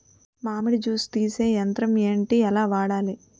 మామిడి జూస్ తీసే యంత్రం ఏంటి? ఎలా వాడాలి?